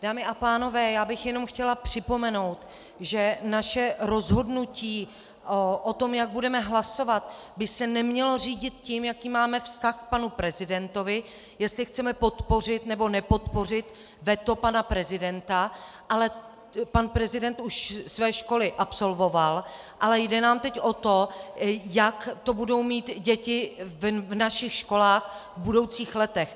Dámy a pánové, já bych jenom chtěla připomenout, že naše rozhodnutí o tom, jak budeme hlasovat, by se nemělo řídit tím, jaký máme vztah k panu prezidentovi, jestli chceme podpořit, nebo nepodpořit veto pana prezidenta, pan prezident už své školy absolvoval, ale jde nám teď o to, jak to budou mít děti v našich školách v budoucích letech.